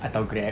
atau Grab